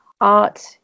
art